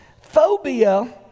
Phobia